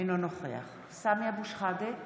אינו נוכח סמי אבו שחאדה,